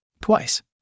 Twice